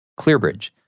ClearBridge